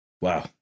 Wow